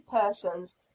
persons